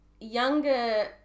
younger